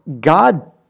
God